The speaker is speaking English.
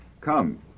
Come